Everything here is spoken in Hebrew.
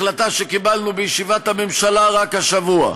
החלטה שקיבלנו בישיבת הממשלה רק השבוע,